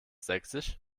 sächsisch